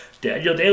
Daniel